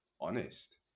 honest